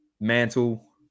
Mantle